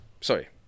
sorry